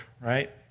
right